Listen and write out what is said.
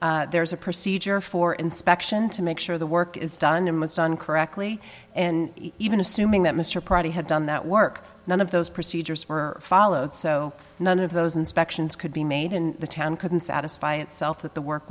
permit there's a procedure for inspection to make sure the work is done was done correctly and even assuming that mr prodi had done that work none of those procedures were followed so none of those inspections could be made in the town couldn't satisfy itself that the work